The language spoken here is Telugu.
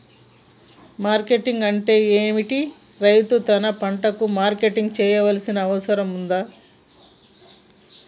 మార్కెటింగ్ అంటే ఏమిటి? రైతు తన పంటలకు మార్కెటింగ్ చేయాల్సిన అవసరం ఉందా?